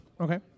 Okay